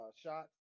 shots